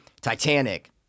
titanic